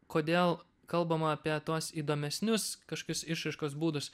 kodėl kalbama apie tuos įdomesnius kažkokius išraiškos būdus